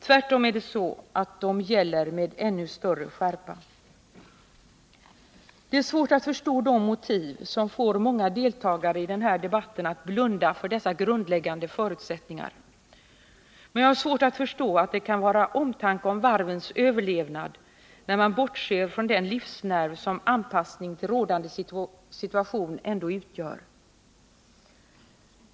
Tvärtom är det så att de gäller med ännu större skärpa. Det är svårt att förstå de motiv som får många deltagare i den här debatten att blunda för dessa grundläggande förutsättningar. Och jag har svårt att förstå att det kan vara av omtanke om varvens överlevnad som man bortser från den livsnerv som anpassning till rådande situation ändå utgör.